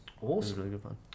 Awesome